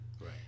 Right